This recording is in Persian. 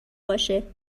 باشه